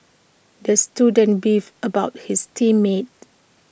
the student beefed about his team mates